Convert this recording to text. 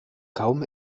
kaum